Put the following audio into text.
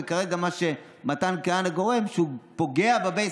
וכרגע מה שמתן כהנא גורם זה שהוא פוגע בבייס.